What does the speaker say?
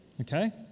Okay